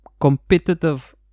competitive